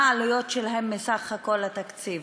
מה העלויות שלהם מסך התקציב?